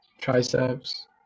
triceps